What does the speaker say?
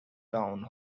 down